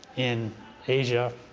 in asia,